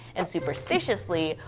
and superstitiously,